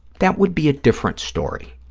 that would be a different story.